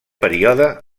període